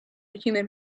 human